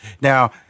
Now